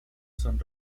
son